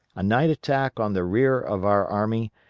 a night attack on the rear of our army,